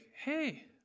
hey